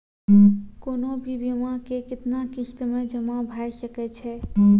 कोनो भी बीमा के कितना किस्त मे जमा भाय सके छै?